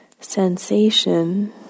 sensation